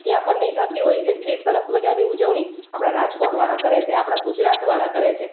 ત્યાં પણ નહીં થતી હોય એટલી સરસ મજાની ઉજવણી આપણાં રાજકોટવાળા કરે છે આપણાં ગુજરાતવાળા કરે છે